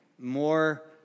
More